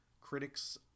Critics